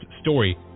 story